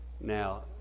now